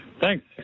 Thanks